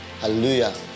Hallelujah